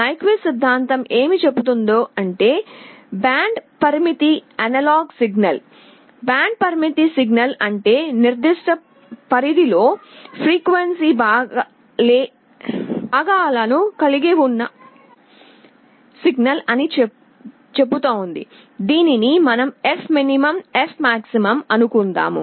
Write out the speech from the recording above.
Nyquist సిద్ధాంతం ఏం చేబుతుంది అంటే బ్యాండ్ పరిమిత అనలాగ్ సిగ్నల్ బ్యాండ్ పరిమిత సిగ్నల్ అంటే నిర్దిష్ట పరిధి లో ఫ్రీక్వెన్సీ భాగాలను కలిగివున్న సిగ్నల్ అని చేబుతుంది దీనిని మనం f min f max అనుకుందాం